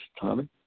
Tommy